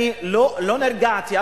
אני לא נרגעתי,